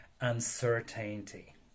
uncertainty